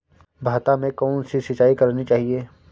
भाता में कौन सी सिंचाई करनी चाहिये?